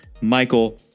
Michael